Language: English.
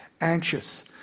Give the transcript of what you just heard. anxious